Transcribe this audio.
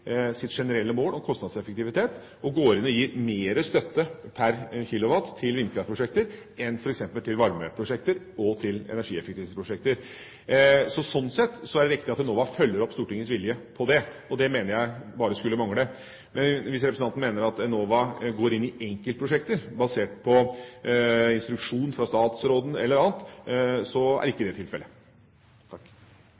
sitt generelle mål om kostnadseffektivitet og går inn og gir mer støtte per kilowatt til vindkraftprosjekter enn f.eks. til varmeprosjekter og til energieffektiviseringsprosjekter. Sånn sett er det viktig at Enova følger opp Stortingets vilje på det. Det mener jeg skulle bare mangle. Hvis representanten mener at Enova går inn i enkeltprosjekter basert på instruksjon fra statsråden eller andre, er ikke det tilfellet. Replikkordskiftet er over. Flere har ikke